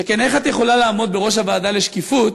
שכן איך את יכולה לעמוד בראש הוועדה לשקיפות,